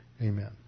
Amen